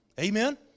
Amen